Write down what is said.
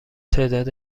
تعداد